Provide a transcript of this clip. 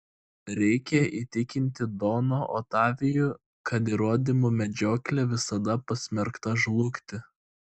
reikia įtikinti doną otavijų kad įrodymų medžioklė visada pasmerkta žlugti